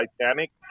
Titanic